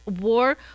war